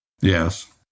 Yes